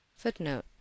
footnote